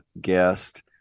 guest